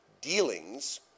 dealings